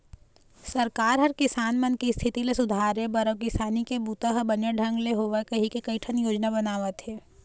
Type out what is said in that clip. सरकार ह किसान मन के इस्थिति ल सुधारे बर अउ किसानी के बूता ह बने ढंग ले होवय कहिके कइठन योजना बनावत हे